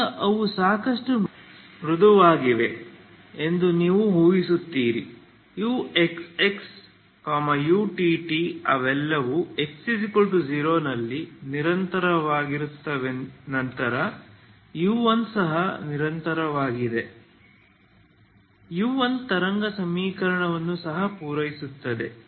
ಈಗ ಅವು ಸಾಕಷ್ಟು ಮೃದುವಾಗಿವೆ ಎಂದು ನೀವು ಊಹಿಸುತ್ತೀರಿ uxx utt ಅವೆಲ್ಲವೂ x0 ನಲ್ಲಿ ನಿರಂತರವಾಗಿರುತ್ತವೆನಂತರ u1 ಸಹ ನಿರಂತರವಾಗಿದೆ ಕಾರ್ಯ u1 ತರಂಗ ಸಮೀಕರಣವನ್ನು ಸಹ ಪೂರೈಸುತ್ತದೆ